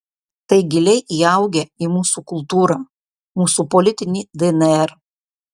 tai giliai įaugę į mūsų kultūrą mūsų politinį dnr